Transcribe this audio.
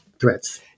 threats